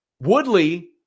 Woodley